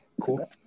cool